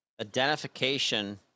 identification